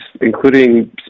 including